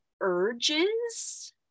urges